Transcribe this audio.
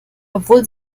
obwohl